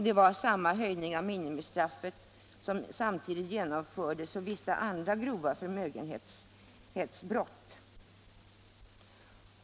Det var samma höjning av minimistraffet som samtidigt genomfördes för vissa andra grova förmögenhetsbrott.